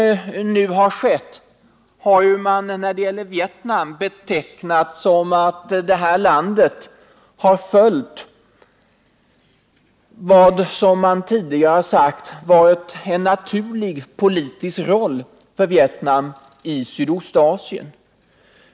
Det har sagts att Vietnam har spelat en för detta land naturlig politisk roll i Sydostasien.